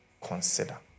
consider